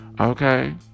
Okay